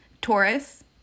Taurus